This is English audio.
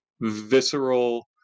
visceral